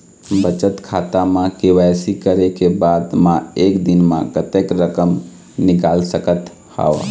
बचत खाता म के.वाई.सी करे के बाद म एक दिन म कतेक रकम निकाल सकत हव?